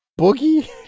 Boogie